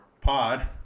pod